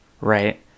right